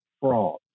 fraud